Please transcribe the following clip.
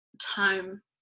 time